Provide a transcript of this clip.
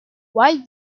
wide